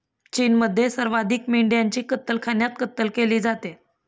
चीनमध्ये सर्वाधिक मेंढ्यांची कत्तलखान्यात कत्तल केली जाते